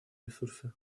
ресурсы